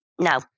No